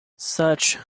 such